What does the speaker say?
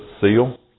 seal